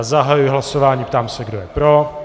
Zahajuji hlasování a ptám se, kdo je pro.